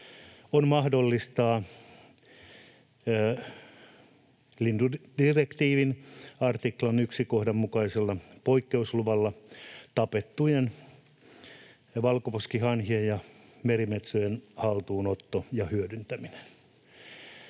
on mahdollistaa lintudirektiivin 9 artiklan 1 kohdan mukaisella poikkeusluvalla tapettujen valkoposkihanhien ja merimetsojen haltuunotto ja hyödyntäminen.